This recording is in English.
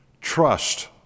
trust